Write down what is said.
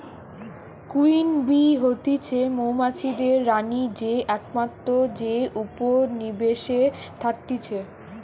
queen bee হতিছে মৌমাছিদের রানী যে একমাত্র যে উপনিবেশে থাকতিছে